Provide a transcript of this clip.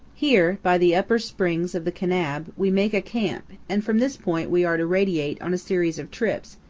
here, by the upper springs of the kanab, we make a camp, and from this point we are to radiate on a series of trips,